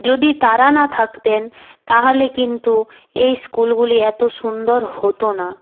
যদি তারা না থাকতেন তাহলে কিন্তু এই স্কুলগুলি এত সুন্দর হতো না